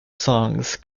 songs